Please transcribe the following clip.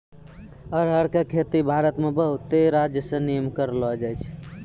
अरहर के खेती भारत मे बहुते राज्यसनी मे करलो जाय छै